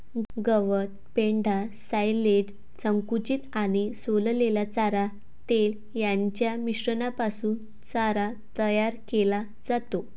गवत, पेंढा, सायलेज, संकुचित आणि सोललेला चारा, तेल यांच्या मिश्रणापासून चारा तयार केला जातो